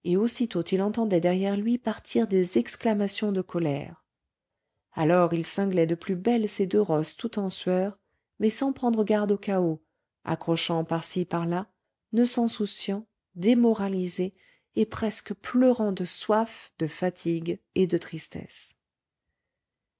aussitôt il entendait derrière lui partir des exclamations de colère alors il cinglait de plus belle ses deux rosses tout en sueur mais sans prendre garde aux cahots accrochant par-ci parlà ne s'en souciant démoralisé et presque pleurant de soif de fatigue et de tristesse